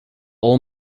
all